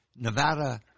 Nevada